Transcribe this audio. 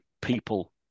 people